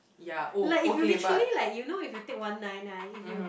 like if you literally like you know if you take one nine nine if you